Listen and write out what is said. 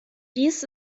dies